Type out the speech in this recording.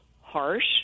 harsh